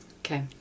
Okay